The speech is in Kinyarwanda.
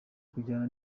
kujyana